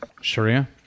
Sharia